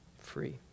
free